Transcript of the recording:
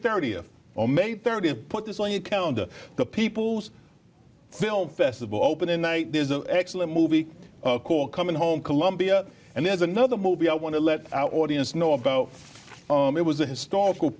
thirtieth or may thirtieth put this on your calendar the people's film festival opening night there's an excellent movie called coming home columbia and there's another movie i want to let our audience know about it was a historical